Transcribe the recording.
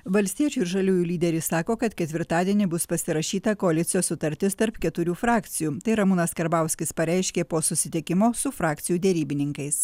valstiečių ir žaliųjų lyderis sako kad ketvirtadienį bus pasirašyta koalicijos sutartis tarp keturių frakcijų tai ramūnas karbauskis pareiškė po susitikimo su frakcijų derybininkais